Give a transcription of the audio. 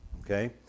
okay